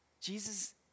Jesus